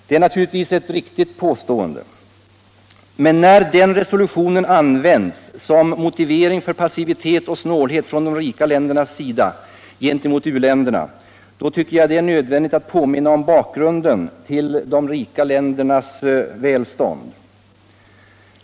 Det är naturligtvis ett riktigt påstående. Men när den resolutionen används som motivering för passivitet och snålhet från de rika ländernas sida gentemot u-länderna, då tycker jag det är nödvändigt att påminna om bakgrunden till de rika ländernas välstånd.